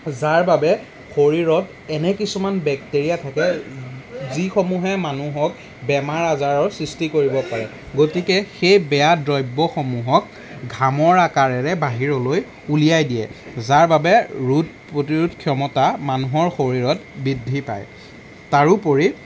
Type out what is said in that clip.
যাৰ বাবে শৰীৰত এনে কিছুমান বেক্টেৰীয়া থাকে যিসমূহে মানুহক বেমাৰ আজাৰৰ সৃষ্টি কৰিব পাৰে গতিকে সেই বেয়া দ্ৰব্যসমূহক ঘামৰ আকাৰেৰে বাহিৰলৈ উলিয়াই দিয়ে যাৰ বাবে ৰোধ প্ৰতিৰোধ ক্ষমতা মানুহৰ শৰীৰত বৃদ্ধি পায় তাৰোপৰি